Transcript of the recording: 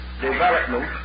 development